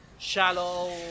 shallow